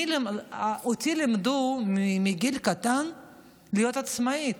אותי לימדו מגיל קטן להיות עצמאית,